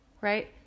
right